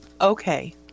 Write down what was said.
okay